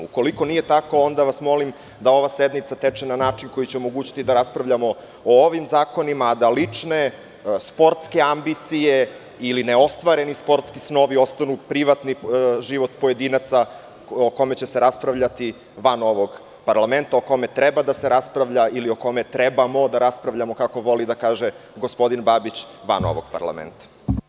Ukoliko nije tako, onda vas molim da ova sednica teče na način koji će omogućiti da raspravljamo o ovim zakonima, a da lične, sportske ambicije ili neostvareni sportski snovi ostanu privatni život pojedinaca o kome će se raspravljati van ovog parlamenta o kome treba da se raspravlja ili o kome treba da raspravljamo, kako voli da kaže gospodin Babić, van ovog parlamenta.